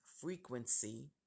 frequency